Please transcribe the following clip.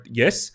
yes